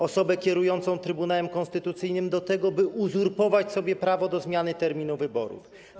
osobę kierującą Trybunałem Konstytucyjnym, do tego, by uzurpować sobie prawo do zmiany terminu wyborów.